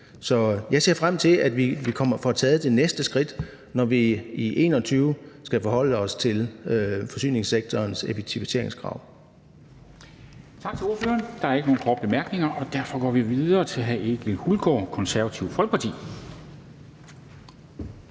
Så jeg ser frem til, at vi får taget det næste skridt, når vi i 2021 skal forholde os til forsyningssektorens effektiviseringskrav. Kl. 11:05 Formanden (Henrik Dam Kristensen): Tak til ordføreren. Der er ikke nogen korte bemærkninger, og derfor går vi videre til hr. Egil Hulgaard, Det Konservative Folkeparti. Kl.